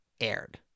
aired